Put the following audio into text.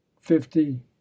fifty